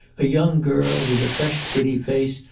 a young girl with a fresh, pretty face,